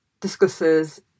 discusses